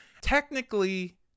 Technically